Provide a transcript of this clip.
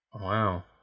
Wow